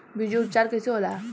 बीजो उपचार कईसे होला?